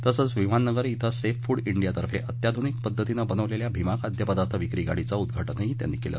तसंच विमान नगर इथं safe food इंडियातर्फे अत्याधुनिक पद्धतीनं बनवलेल्या भीमा खाद्यपदार्थ विक्री गाडीचं उदघाटनही त्यांनी केलं